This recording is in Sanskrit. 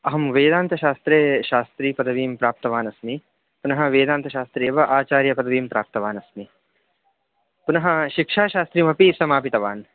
अहं वेदान्तशास्त्रे शास्त्रिपदवीं प्राप्तवानस्मि पुनः वेदान्तशास्त्रे एव आचार्यपदवीं प्राप्तवानस्मि पुनः शिक्षाशास्त्रिमपि समापितवान्